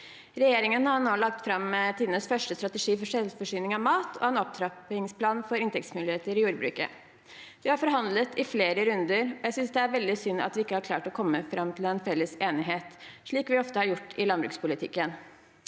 Regjeringen har nå lagt fram tidenes første strategi for selvforsyning av mat og en opptrappingsplan for inntektsmuligheter i jordbruket. Vi har forhandlet i flere runder, og jeg synes det er veldig synd at vi ikke har klart å komme fram til en felles enighet, slik vi ofte har gjort i landbrukspolitikken.